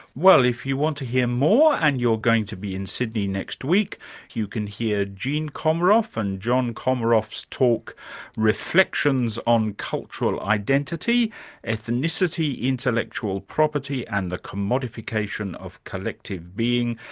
well, if you want to hear more and you're going to be in sydney next week you can hear jean comaroff and john comaroff's talk reflections on cultural identity ethnicity, intellectual property and the commodification of collective being',